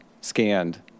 scanned